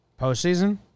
Postseason